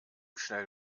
schnell